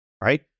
right